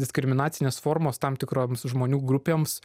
diskriminacinės formos tam tikroms žmonių grupėms